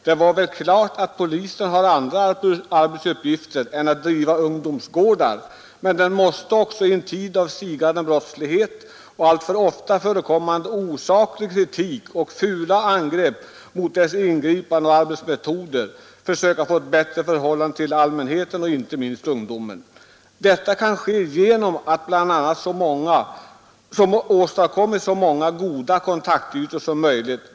Det är väl klart, att polisen har andra arbetsuppgifter än att driva ungdomsgårdar, men den måste också i en tid av stigande brottslighet och alltför ofta förekommande osaklig kritik och fula angrepp mot dess ingripanden och arbetsmetoder, försöka få ett bättre förhållande till allmänheten och inte minst till ungdomen. Detta kan ske genom att bl.a. åstadkomma så många goda kontaktytor som möjligt.